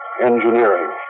Engineering